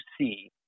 see